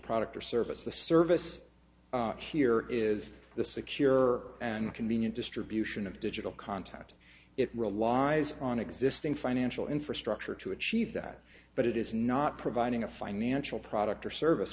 product or service the service here is the secure and convenient distribution of digital content it relies on existing financial infrastructure to achieve that but it is not providing a financial product or service